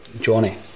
Johnny